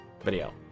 video